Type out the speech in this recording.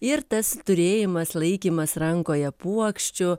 ir tas turėjimas laikymas rankoje puokščių